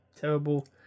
terrible